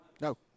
No